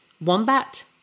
Wombat